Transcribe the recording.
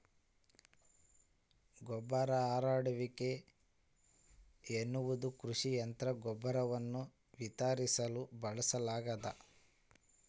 ಗೊಬ್ಬರ ಹರಡುವಿಕೆ ಎನ್ನುವುದು ಕೃಷಿ ಯಂತ್ರ ಗೊಬ್ಬರವನ್ನು ವಿತರಿಸಲು ಬಳಸಲಾಗ್ತದ